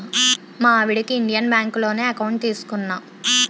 మా ఆవిడకి ఇండియన్ బాంకులోనే ఎకౌంట్ తీసుకున్నా